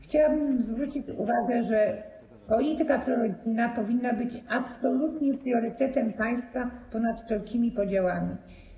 Chciałabym zwrócić uwagę, że polityka prorodzinna powinna być absolutnie priorytetem państwa, ponad wszelkimi podziałami.